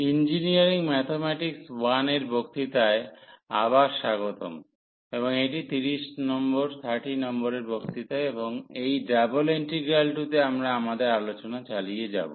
engineering mathematics I এর বক্তৃতায় আবার স্বাগতম এবং এটি 30 নম্বরের বক্তৃতা এবং এই ডাবল ইন্টিগ্রালগুলিতে আমরা আমাদের আলোচনা চালিয়ে যাব